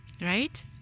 right